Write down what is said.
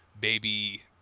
baby